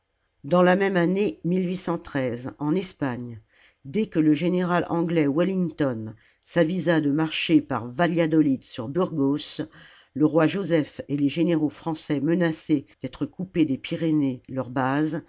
dans la même année en espagne dès que le général anglais wellington s'avisa de marcher par valladolid sur burgos le roi joseph et les généraux français menacés d'être coupés des pyrénées leur